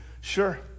Sure